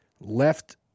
left